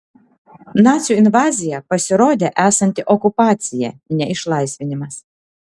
nacių invazija pasirodė esanti okupacija ne išlaisvinimas